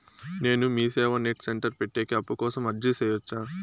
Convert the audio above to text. నేను MeeSeva net centre పెట్టేకి అప్పు కోసం అర్జీ సేయొచ్చా?